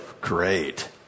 great